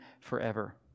forever